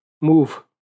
move